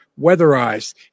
weatherized